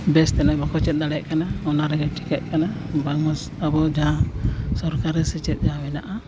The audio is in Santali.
ᱵᱮᱥᱛᱮ ᱵᱟᱠᱚ ᱪᱮᱫ ᱫᱟᱲᱮᱭᱟᱜ ᱠᱟᱱᱟ ᱚᱱᱟ ᱨᱮᱜᱮ ᱴᱷᱤᱠᱟᱹᱜ ᱠᱟᱱᱟ ᱵᱟᱝᱢᱟ ᱟᱵᱚ ᱫᱚ ᱥᱚᱨᱠᱟᱨᱤ ᱥᱮᱪᱮᱫ ᱡᱟᱦᱟᱸ ᱢᱮᱱᱟᱜᱼᱟ